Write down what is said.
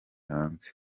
hanze